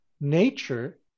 nature